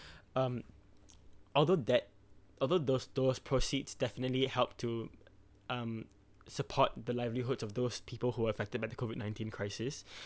um although that although those those proceeds definitely helped to um support the livelihoods of those people who affected by the COVID nineteen crisis